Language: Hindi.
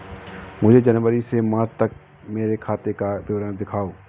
मुझे जनवरी से मार्च तक मेरे खाते का विवरण दिखाओ?